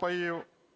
паїв,